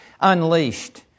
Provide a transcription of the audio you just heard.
unleashed